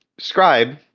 Scribe